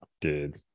Dude